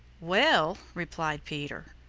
well, replied peter,